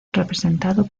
representado